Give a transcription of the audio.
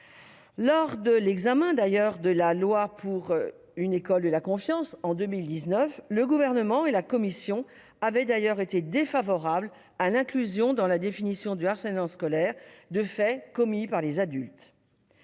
Lors de l'examen du projet de loi pour une école de la confiance, le Gouvernement et la commission avaient d'ailleurs été défavorables à l'inclusion dans la définition du harcèlement scolaire de faits commis par des adultes.